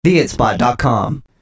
theitspot.com